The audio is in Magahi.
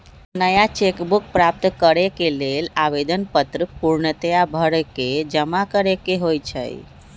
नया चेक बुक प्राप्त करेके लेल आवेदन पत्र पूर्णतया भरके जमा करेके होइ छइ